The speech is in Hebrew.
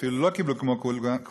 אפילו לא קיבלו כמו כולם,